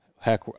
Heck